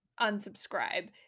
unsubscribe